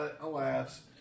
alas